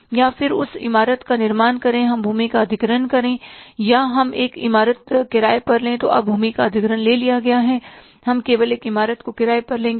या फिर उस इमारत का निर्माण करें हम भूमि का अधिग्रहण करें या हम एक इमारत किराए पर लें तो अब भूमि का अधिग्रहण ले लिया गया है हम केवल एक इमारत को किराए पर लेंगे